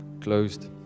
closed